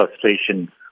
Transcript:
frustration